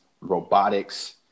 robotics